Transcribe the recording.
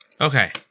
Okay